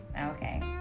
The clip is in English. Okay